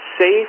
safe